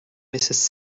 mrs